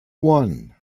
one